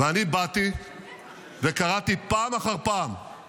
ההדלפה הזאת פוגעת